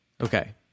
Okay